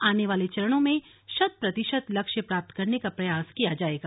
आने वाले चरणों में शत प्रतिशत लक्ष्य प्राप्त करने का प्रयास किया जाएगा